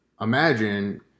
imagine